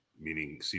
meaning